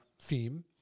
theme